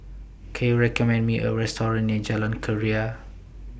Can YOU recommend Me A Restaurant near Jalan Keria